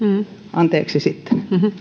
anteeksi sitten